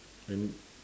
and